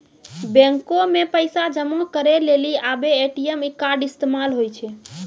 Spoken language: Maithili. बैको मे पैसा जमा करै लेली आबे ए.टी.एम कार्ड इस्तेमाल होय छै